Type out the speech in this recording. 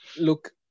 look